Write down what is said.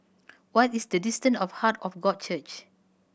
what is the distant of Heart of God Church